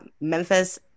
memphis